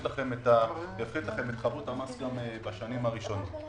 לכם את חבות המס גם בשנים הראשונות.